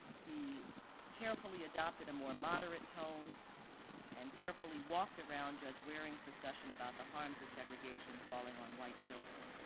he carefully adopted a more moderate tone and carefully walked around judge waring's discussion about the harms of segregation falling on white children.